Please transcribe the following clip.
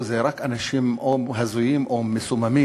זה רק אנשים או הזויים או מסוממים.